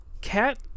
cat